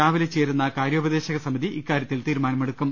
രാവിലെ ചേരുന്ന കാര്യോപദേശക സമിതി ഇക്കാര്യത്തിൽ തീരുമാനമെടുക്കും